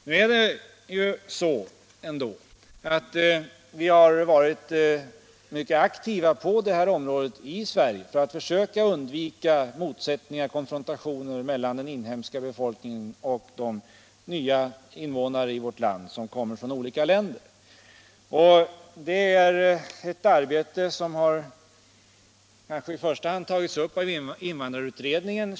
Men det är ju ändå så, att vi i Sverige har varit aktiva för att försöka undvika motsättningar och konfrontationer mellan den inhemska befolkningen och de nya invånare i vårt land som kommer från andra länder. Det är ett arbete som kanske i första hand har tagits upp av invandrarutredningen.